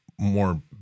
more